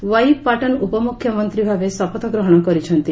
Y Patton ଉପମ୍ରଖ୍ୟମନ୍ତ୍ରୀ ଭାବେ ଶପଥ ଗ୍ରହଣ କରିଛନ୍ତି